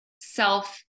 self